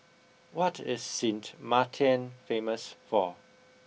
what is Sint Maarten famous for